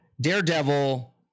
Daredevil